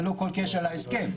ללא כל קשר להסכם.